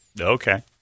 Okay